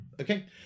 okay